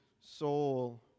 soul